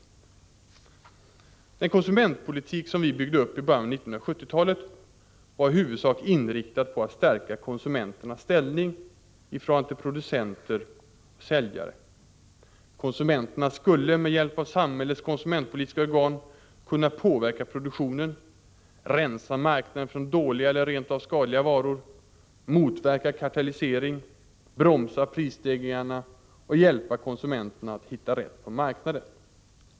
127 Den konsumentpolitik som vi byggde upp i början av 1970-talet var i huvudsak inriktad på att stärka konsumenternas ställning i förhållande till producenter och säljare. Konsumenterna skulle med hjälp av samhällets konsumentpolitiska organ kunna påverka produktionen, rensa marknaden från dåliga eller rent av skadliga varor, motverka kartellisering, bromsa prisstegringarna och få hjälp att hitta rätt på marknaden.